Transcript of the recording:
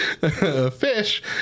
Fish